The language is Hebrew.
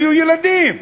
היו ערבים.